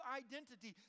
identity